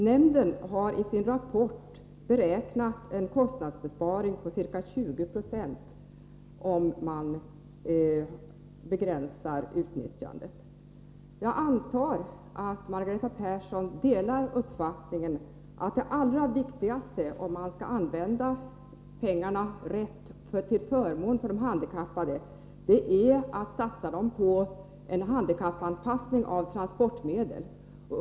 Nämnden har i sin rapport kommit fram till att man kan göra en kostnadsbesparing på ca 20 76 om man begränsar utnyttjandet. Jag antar att Margareta Persson delar uppfattningen, att det allra viktigaste om man skall använda pengarna på ett riktigt sätt — till förmån för de handikappade — är att satsa dem på en handikappanpassning av transportmedel.